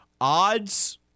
Odds